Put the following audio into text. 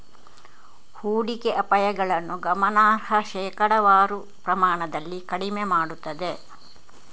ಹೂಡಿಕೆ ಅಪಾಯಗಳನ್ನು ಗಮನಾರ್ಹ ಶೇಕಡಾವಾರು ಪ್ರಮಾಣದಲ್ಲಿ ಕಡಿಮೆ ಮಾಡುತ್ತದೆ